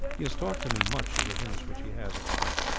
he has talked to me much of the things which he has at heart,